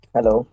Hello